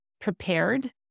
prepared